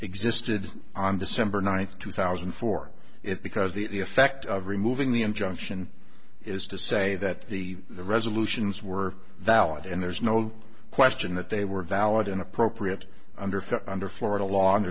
existed on december ninth two thousand for it because the effect of removing the injunction is to say that the the resolutions were valid and there's no question that they were valid and appropriate under under florida law